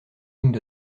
lignes